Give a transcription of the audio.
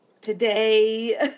Today